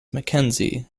mackenzie